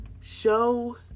show